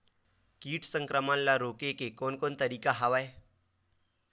कीट संक्रमण ल रोके के कोन कोन तरीका हवय?